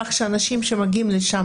כך שאנשים שמגיעים לשם,